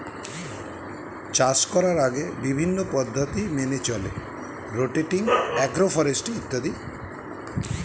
চাষ করার আগে বিভিন্ন পদ্ধতি মেনে চলে রোটেটিং, অ্যাগ্রো ফরেস্ট্রি ইত্যাদি